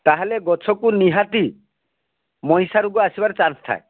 ତାହାଲେ ଗଛକୁ ନିହାତି ମଈସା ରୋଗ ଆସିବାର ଚାନସ ଥାଏ